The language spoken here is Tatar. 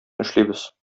эшлибез